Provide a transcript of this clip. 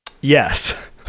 yes